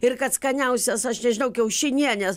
ir kad skaniausios aš nežinau kiaušinienės